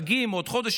חגים עוד חודש,